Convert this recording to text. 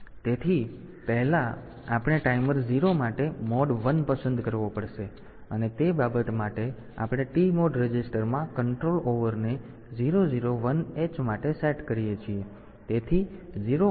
તેથી પહેલા આપણે ટાઈમર 0 માટે મોડ 1 પસંદ કરવો પડશે અને તે બાબત માટે આપણે TMOD રજિસ્ટરમાં કંટ્રોલ ઓવરને 0 0 1 H માટે સેટ કરીએ છીએ